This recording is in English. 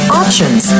options